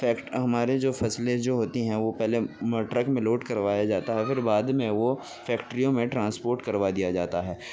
ہمارے جو فصلیں جو ہوتی ہیں وہ پہلے ٹرک میں لوڈ کروایا جاتا ہے پھر بعد میں وہ فیکٹریوں میں ٹرانسپورٹ کروا دیا جاتا ہے